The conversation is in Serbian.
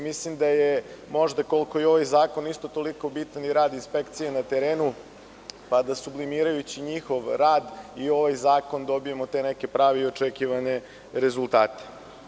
Mislim da je možda, kolko i ovaj zakon isto toliko bitan i rad inspekcije na terenu, pa da sublimirajući njihov rad i ovaj zakon, dobijemo te neke prave i očekivane rezultat.